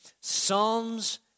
Psalms